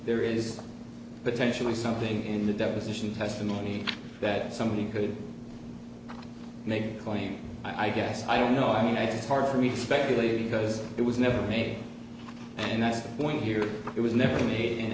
there is potentially something in the deposition testimony that somebody could make a claim i guess i don't know i mean it's hard for me to speculate because it was never made a nice point here it was never made and